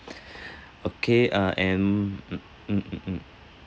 okay uh and mm mm mm mm